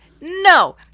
no